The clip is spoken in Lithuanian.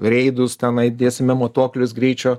reidus tenai dėsime matuoklius greičio